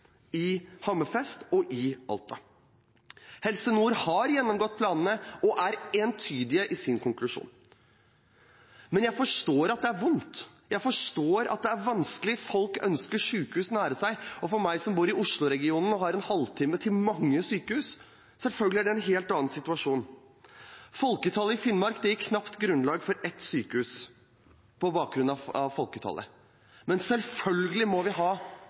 i Hammerfest og i Alta. Helse Nord har gjennomgått planene og er entydig i sin konklusjon. Men jeg forstår at det er vondt, jeg forstår at det er vanskelig. Folk ønsker sykehus nær seg, og for meg som bor i Oslo-regionen, og har en halvtime til mange sykehus, er det selvfølgelig en helt annen situasjon. Folketallet i Finnmark gir knapt grunnlag for ett sykehus. Men selvfølgelig må vi ha